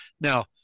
Now